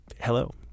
hello